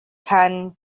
canned